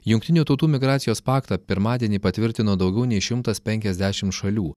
jungtinių tautų migracijos paktą pirmadienį patvirtino daugiau nei šimtas penkiasdešim šalių